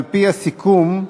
על-פי הסיכום,